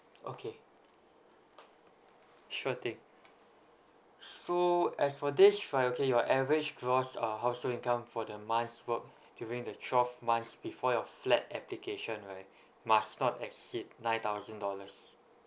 okay sure thing so as for this right okay your average gross uh household income for the months work during the twelve months before your flat application right must not exceed nine thousand dollars